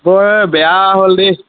সময় বেয়া হ'ল দেই